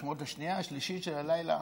האשמורת השנייה, השלישית של הלילה?